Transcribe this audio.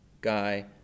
guy